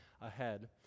ahead